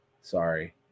Sorry